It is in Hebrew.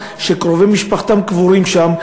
שקרובי משפחתם קבורים שם בהר,